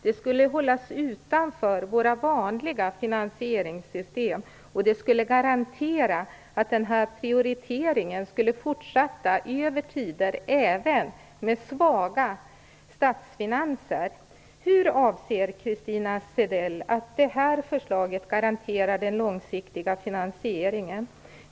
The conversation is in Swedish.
Den skulle hållas utanför våra vanliga finansieringssystem. Det skulle garantera att den här prioriteringen skulle fortsätta även under tider med svaga statsfinanser. Hur garanterar detta förslag, enligt Christina Zedells mening, den långsiktiga finansieringen?